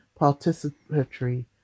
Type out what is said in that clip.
participatory